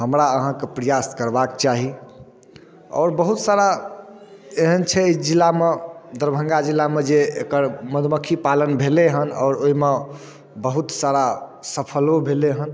हमरा अहाँके प्रयास करबाके चाही आओर बहुत सारा एहन छै जिलामे दरभंगा जिलामे जे एकर मधुमक्खी पालन भेलै हन आओर ओइमे बहुत सारा सफलो भेलै हन